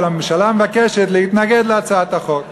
אבל הממשלה מבקשת להתנגד להצעת החוק.